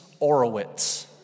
Orowitz